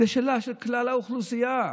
זו שאלה של כלל האוכלוסייה.